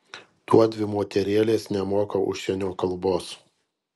tuodvi moterėlės nemoka užsienio kalbos